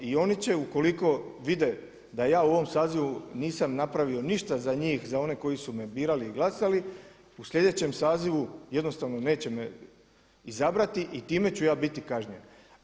I oni će, ukoliko vide da ja u ovom sazivu nisam napravio ništa za njih, za one koji su me birali i glasali, u sljedećem sazivu jednostavno neće me izabrati i time ću ja biti kažnjen.